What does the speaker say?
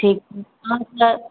ठीक छै अहाँकेॅं